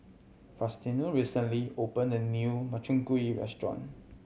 Faustino recently opened a new Makchang Gui restaurant